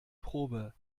probe